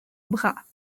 bras